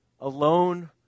Alone